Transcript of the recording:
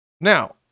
Now